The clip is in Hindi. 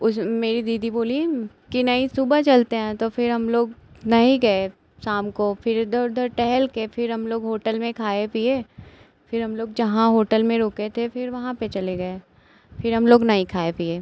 उस मेरी दीदी बोली कि नहीं सुबह चलते हैं तो फिर हम लोग नहीं गए शााम को फिर इधर उधर टहलकर फिर हम लोग होटल में खाए पिए फिर हम लोग जहाँ होटल में रुके थे फिर वहाँ पर चले गए फिर हम लोग नहीं खाए पिए